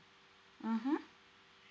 mmhmm